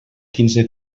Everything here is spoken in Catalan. quinze